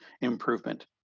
improvement